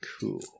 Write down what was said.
Cool